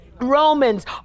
Romans